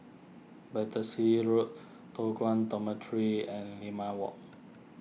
Battersea Road Toh Guan Dormitory and Limau Walk